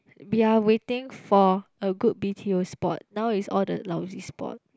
we're waiting for a good b_t_o spot now it's all the lousy spot